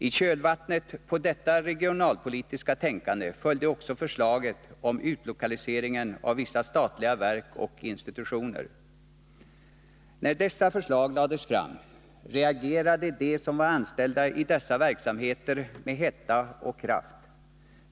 I kölvattnet på detta regionalpolitiska tänkande följde också förslaget om utlokaliseringen av vissa statliga verk och institutioner. När dessa förslag lades fram reagerade de som var anställda i dessa verksamheter med hetta och kraft.